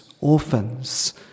orphans